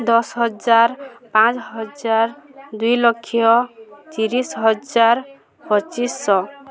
ଦଶ ହଜାର ପାଞ୍ଚ ହଜାର ଦୁଇ ଲକ୍ଷ ତିରିଶି ହଜାର ପଚିଶି ଶହ